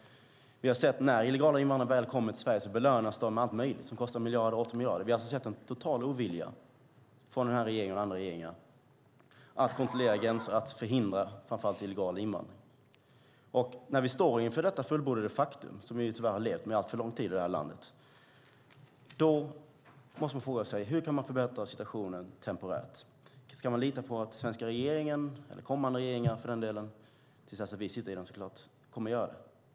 När illegala invandrare väl kommer till Sverige har vi sett att de belönas med allt möjligt som kostar miljarder och åter miljarder. Vi har alltså sett en total ovilja från den här regeringen och andra regeringar att kontrollera gränser och att förhindra framför allt illegal invandring. När vi står inför detta fullbordade faktum, som vi tyvärr har levt med under alltför lång tid i det här landet, måste man fråga sig: Hur kan man förbättra situationen temporärt? Ska man lita på att svenska regeringen eller kommande regeringar för den delen, till dess att vi sitter i den, kommer att göra det?